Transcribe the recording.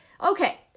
Okay